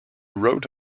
wrote